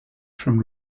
from